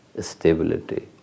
stability